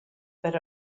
but